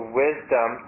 wisdom